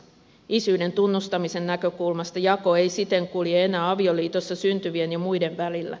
isyyden tunnustamisen näkökulmasta jako ei siten kulje enää avioliitossa syntyvien ja muiden välillä